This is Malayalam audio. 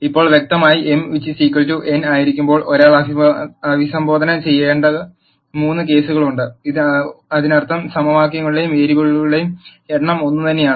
ഇപ്പോൾ വ്യക്തമായി m n ആയിരിക്കുമ്പോൾ ഒരാൾ അഭിസംബോധന ചെയ്യേണ്ട മൂന്ന് കേസുകളുണ്ട് അതിനർത്ഥം സമവാക്യങ്ങളുടെയും വേരിയബിളുകളുടെയും എണ്ണം ഒന്നുതന്നെയാണ്